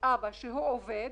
אבא שעובד,